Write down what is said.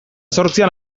zortzian